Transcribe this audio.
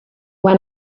when